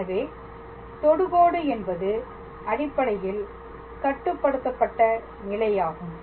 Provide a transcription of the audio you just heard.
எனவே தொடுகோடு என்பது அடிப்படையில் கட்டுப்படுத்தப்பட்ட நிலையாகும்